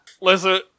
Listen